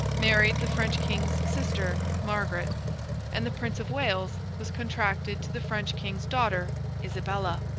married the french king's sister, margaret and the prince of wales was contracted to the french king's daughter isabella.